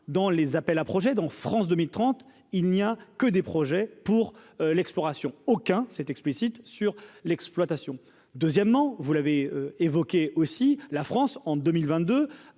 dans les appels à projets dans France 2030, il n'y a que des projets pour l'exploration aucun explicite sur l'exploitation, deuxièmement, vous l'avez évoqué aussi la France en 2022